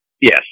Yes